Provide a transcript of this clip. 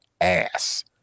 ass